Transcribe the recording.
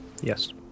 Yes